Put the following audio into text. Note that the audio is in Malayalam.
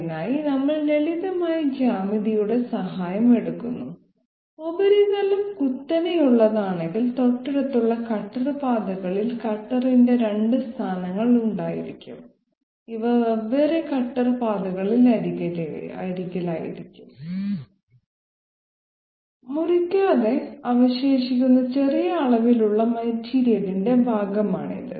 അതിനായി നമ്മൾ ലളിതമായ ജ്യാമിതിയുടെ സഹായം എടുക്കുന്നു ഉപരിതലം കുത്തനെയുള്ളതാണെങ്കിൽ തൊട്ടടുത്തുള്ള കട്ടർ പാതകളിൽ കട്ടറിന്റെ 2 സ്ഥാനങ്ങൾ ഉണ്ടായിരിക്കും ഇവ വെവ്വേറെ കട്ടർ പാതകളിൽ അരികിലായിരിക്കും മുറിക്കാതെ അവശേഷിക്കുന്ന ചെറിയ അളവിലുള്ള മെറ്റീരിയലിന്റെ ഭാഗമാണിത്